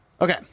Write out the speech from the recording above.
Okay